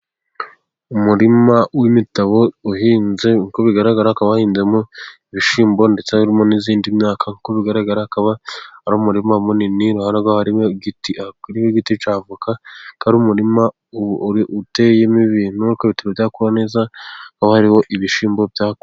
Umurima w'imitabo uhinze， uko bigaragara akaba wahinzemo ibishyimbo， ndetse harimo n'iyindi myaka， nk'uko bigaragara akaba ari umurima munini，iruhande rwawo hari igiti cya avoka, akaba ari umurima uteyemo ibintu ariko bitari byakura neza, aho hariho ibishyimbo byakuze.